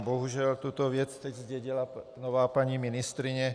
Bohužel, tuto věc zdědila nová paní ministryně.